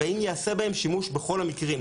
והאם ייעשה בהם שימוש בכל המקרים?